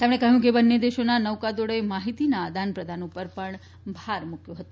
તેમણે કહ્યું કે બંને દેશોના નૌકાદળોએ માહિતીના આદાન પ્રદાન ઉપર પણ ભાર મૂક્યો હતો